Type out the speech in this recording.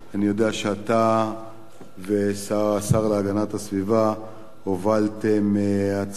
אני יודע שאתה והשר להגנת הסביבה הובלתם הצעת